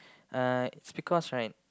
uh it's because right